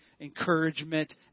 encouragement